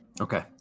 okay